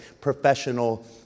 professional